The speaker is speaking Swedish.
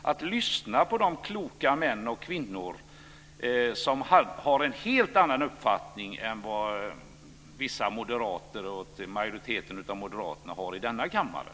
Ni borde ha lyssnat på de kloka män och kvinnor som har en helt annan uppfattning än vad den moderata majoriteten har här i kammaren.